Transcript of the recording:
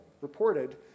reported